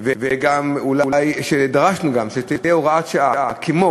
שגם בהם תהיה הוראת שעה, כמו